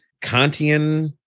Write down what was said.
Kantian